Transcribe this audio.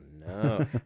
no